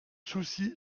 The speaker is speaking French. souci